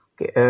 Okay